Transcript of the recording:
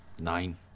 Nine